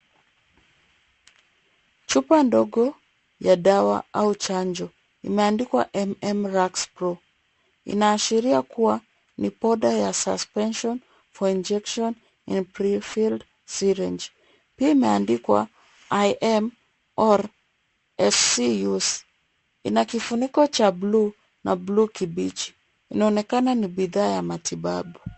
Chupa ndogo ya dawa au chanjo, imeandikwa M-MRvaxPro. Inaashiria kuwa ni poda for suspension for injection in pre-filled syringe . Pia imeandikwa IM or SC use . Ina kifuniko cha buluu na buluu kibichi. Inaonekana ni bidhaa ya matibabu.